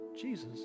Jesus